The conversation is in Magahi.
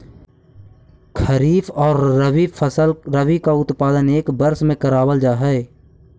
खरीफ और रबी फसल का उत्पादन एक वर्ष में करावाल जा हई